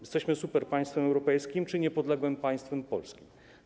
Jesteśmy superpaństwem europejskim czy niepodległym państwem polskim?